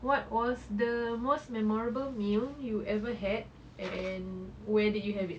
what was the most memorable meal you ever had and where did you have it